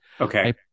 Okay